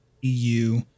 EU